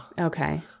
Okay